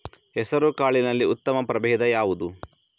ಹೆಸರುಕಾಳಿನಲ್ಲಿ ಉತ್ತಮ ಪ್ರಭೇಧ ಯಾವುದು?